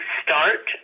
start